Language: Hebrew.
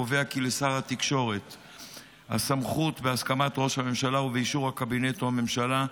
קובע כי בהסכמת ראש הממשלה ובאישור הקבינט או הממשלה,